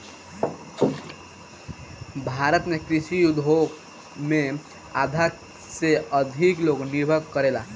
भारत में कृषि उद्योग पे आधा से अधिक लोग निर्भर करेला